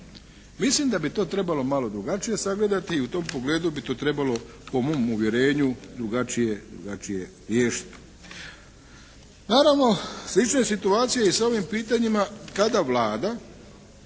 Mislim da bi to trebalo malo drugačije sagledati i u tom pogledu bi to trebalo po mom uvjerenju drugačije riješiti. Naravno, slična je situacija i sa ovim pitanjima kada Vlada